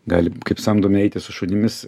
gali kaip samdomi eiti su šunimis